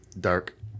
Dark